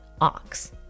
ox